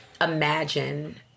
imagine